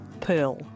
Pearl